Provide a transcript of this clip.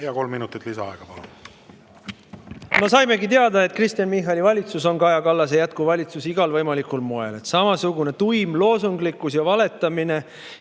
Jaa, kolm minutit lisaaega. Palun! Me saimegi teada, et Kristen Michali valitsus on Kaja Kallase jätkuvalitsus igal võimalikul moel. Samasugune tuim loosunglikkus ja valetamine,